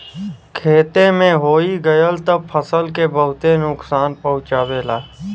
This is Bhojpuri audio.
खेते में होई गयल त फसल के बहुते नुकसान पहुंचावेला